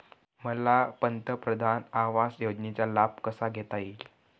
मला पंतप्रधान आवास योजनेचा लाभ कसा घेता येईल?